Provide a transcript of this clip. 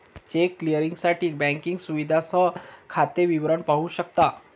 check क्लिअरिंगसाठी banking सुविधेसह खाते विवरण पाहू शकता